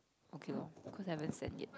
okay lor cause I haven't send yet